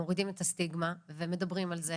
מורידים את הסטיגמה ומדברים על זה,